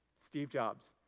steve jobs.